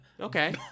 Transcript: Okay